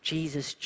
Jesus